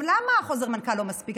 למה חוזר מנכ"ל לא מספיק?